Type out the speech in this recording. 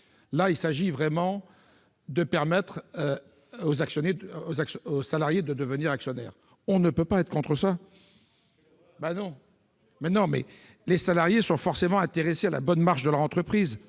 il s'agit de permettre aux salariés de devenir actionnaires. On ne peut pas être contre ce principe ! Si ! Les salariés sont forcément intéressés à la bonne marche de leur entreprise.